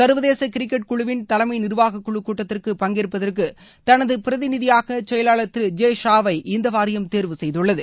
சர்வதேச கிரிக்கெட் குழுவின் தலைம நிர்வகாக்குழுக் கூட்டத்திற்கு பங்கேற்பதற்கு தனது பிரதிநிதியாக செயலாளர் திரு ஜே ஷாவை இந்த வாரியம் தெரிவு செய்துள்ளது